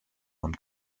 und